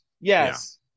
Yes